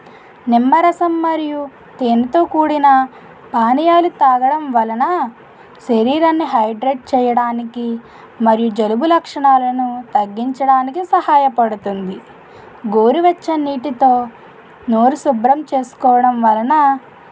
నిమ్మరసం మరియు తేనెతో కూడిన పానీయాలు తాగడం వలన శరీరాన్ని హైడ్రేట్ చేయడానికి మరియు జలుబు లక్షణాలను తగ్గించడానికి సహాయపడుతుంది గోరు వెచ్చని నీటితో నోరు శుభ్రం చేసుకోవడం వలన